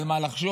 על מה לחשוב,